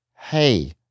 Hey